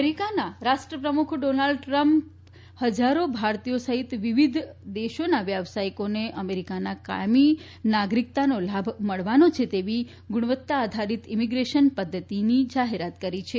અમેરિકાના રાષ્ટ્રપ્રમુખ ડોનાલ્ડ ટ્રમ્પે હજ્જારો ભારતીયો સહિત વિવિધ દેશોના વ્યવસાયીકોને અમેરિકાના કાયમી નાગરિકત્વનો લાભ મળવાનો છે તેવી ગુણવત્તા આધારિત ઇમીગ્રેશન પ્રદ્ધતિની જાહેરાત કરી છે